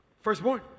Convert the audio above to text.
Firstborn